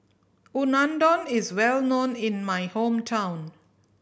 unadon is well known in my hometown